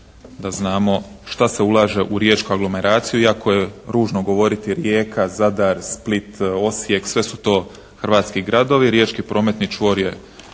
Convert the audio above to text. da znamo šta se ulaže u riječku aglomeraciju iako je ružno govoriti Rijeka, Zadar, Split, Osijek. Sve su to hrvatski gradovi. Riječki prometni čvor je